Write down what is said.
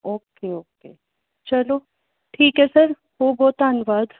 okay okay ਚਲੋ ਠੀਕ ਹੈ ਸਰ ਬਹੁਤ ਬਹੁਤ ਧੰਨਵਾਦ